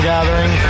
Gathering